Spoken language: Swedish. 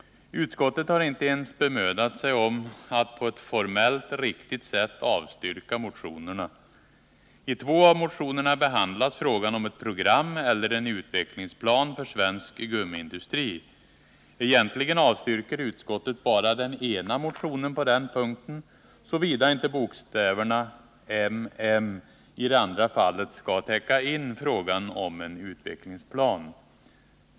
Utskottet har inte ens bemödat sig om att på ett formellt riktigt sätt avstyrka motionerna. I två av motionerna behandlas frågan om ett program eller en utvecklingsplan för svensk gummiindustri. Egentligen avstyrker utskottet bara den ena motionen på den punkten, såvida inte bokstäverna ”m.m.” i det andra fallet skall täcka in frågan om en utvecklingsplan.